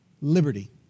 Liberty